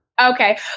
Okay